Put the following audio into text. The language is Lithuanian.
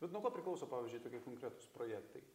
bet nuo ko priklauso pavyzdžiui tokie konkretūs projektai